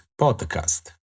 Podcast